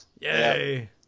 Yay